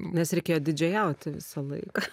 nes reikėjo didžėjauti visą laiką